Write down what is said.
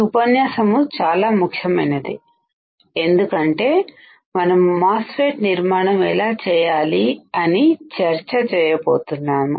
ఈ ఉపన్యాసము చాలా ముఖ్యమైనది ఎందుకంటే మనము మాస్ఫెట్ నిర్మాణము ఎలా చేయాలి అని చర్చ చేయబోతున్నాము